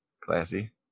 Classy